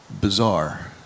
bizarre